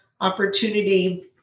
opportunity